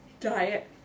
Diet